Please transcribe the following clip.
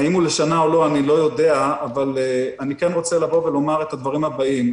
האם הוא לשנה או לא אני לא יודע אבל אני כן רוצה לומר את הדברים הבאים.